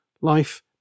life